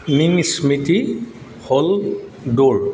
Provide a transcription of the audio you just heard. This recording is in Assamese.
স্মৃতি হ'ল দৌৰ